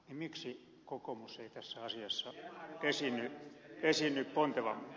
miksi kokoomus ei tässä asiassa esiinny pontevammin